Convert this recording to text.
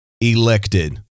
elected